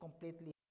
completely